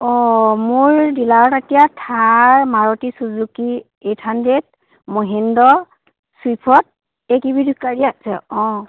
অ' মোৰ ডিলাৰত এতিয়া Thar Maruti Suzuki eight hundred Mahindra Swift এই আছে অ'